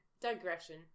digression